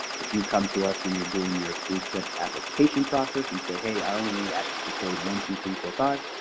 if you come to us when you're doing your three-step application process and say, hey, i only need access to code one, two, three, four, five,